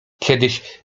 kiedyś